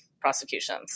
prosecutions